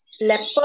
Leopard